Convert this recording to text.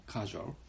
Casual